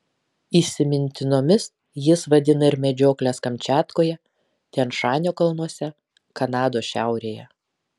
įsimintinomis jis vadina ir medžiokles kamčiatkoje tian šanio kalnuose kanados šiaurėje